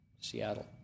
Seattle